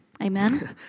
Amen